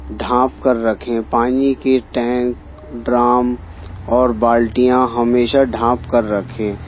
ڈھانپ کر رکھیں پانی کے ٹینک ڈرام اور بالٹیاں ہمیشہ ڈھانپ کر رکھیں